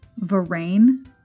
Varane